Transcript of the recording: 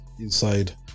inside